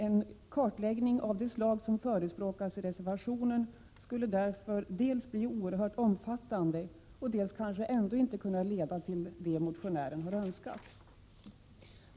En kartläggning av det slag som förespråkas i reservationen skulle därför dels bli oerhört omfattande, dels kanske ändå inte kunna leda till det motionärerna har önskat.